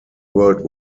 world